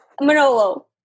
manolo